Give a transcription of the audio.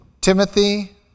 Timothy